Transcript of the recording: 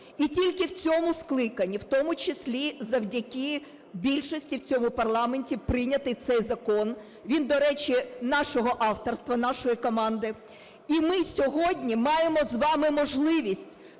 І тільки в цьому скликанні, в тому числі завдяки більшості в цьому парламенті, прийнятий цей закон. Він, до речі, нашого авторства, нашої команди. І ми сьогодні маємо з вами можливість